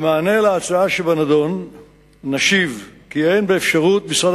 במענה על ההצעה שבנדון נשיב כי אין באפשרות משרד